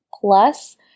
plus